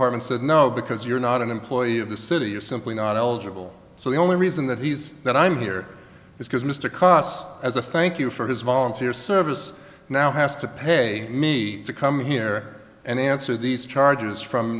harm and said no because you're not an employee of the city you're simply not eligible so the only reason that he's that i'm here is because mr kos as a thank you for his volunteer service now has to pay me to come here and answer these charges from